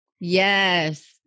yes